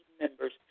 members